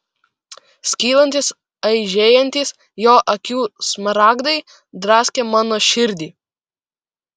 skylantys aižėjantys jo akių smaragdai draskė mano širdį